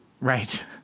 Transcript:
Right